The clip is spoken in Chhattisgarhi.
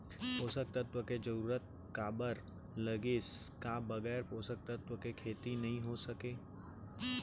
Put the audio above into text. पोसक तत्व के जरूरत काबर लगिस, का बगैर पोसक तत्व के खेती नही हो सके?